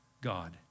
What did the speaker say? God